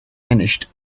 finished